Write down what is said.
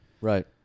right